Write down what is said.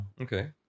okay